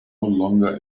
longer